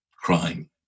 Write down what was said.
crime